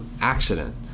accident